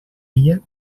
dia